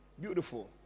beautiful